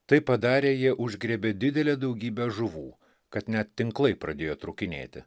taip padarę jie užgriebė didelę daugybę žuvų kad net tinklai pradėjo trūkinėti